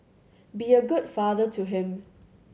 be a good father to him